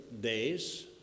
days